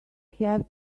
have